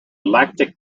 lactic